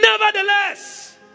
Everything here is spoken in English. Nevertheless